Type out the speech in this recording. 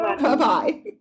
Bye-bye